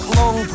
long